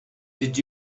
did